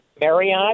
Marriott